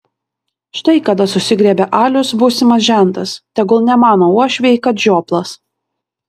štai kada susigriebia alius būsimas žentas tegul nemano uošviai kad žioplas